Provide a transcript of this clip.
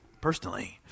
personally